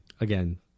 Again